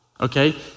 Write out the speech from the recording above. okay